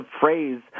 phrase